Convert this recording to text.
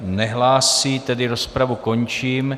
Nehlásí, tedy rozpravu končím.